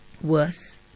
worse